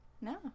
No